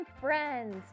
friends